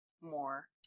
more